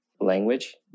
language